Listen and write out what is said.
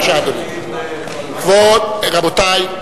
רבותי.